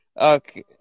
Okay